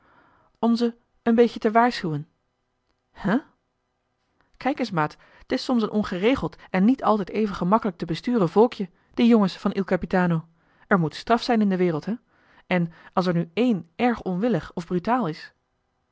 om ze een beetje te waarschuwen kijk eens maat t is soms een ongeregeld en niet joh h been paddeltje de scheepsjongen van michiel de ruijter altijd even gemakkelijk te besturen volkje die jongens van il capitano er moet straf zijn in de wereld hè en als er nu één erg onwillig of brutaal is